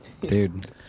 Dude